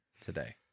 today